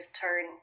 turn